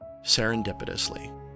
serendipitously